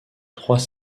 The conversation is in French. trois